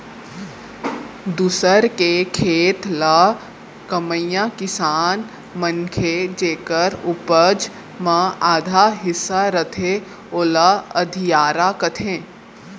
दूसर के खेत ल कमइया किसान मनखे जेकर उपज म आधा हिस्सा रथे ओला अधियारा कथें